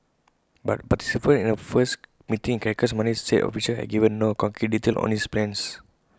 but participants in A first meeting in Caracas Monday said officials had given no concrete details on its plans